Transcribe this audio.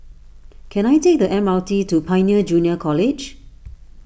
can I take the M R T to Pioneer Junior College